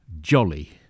jolly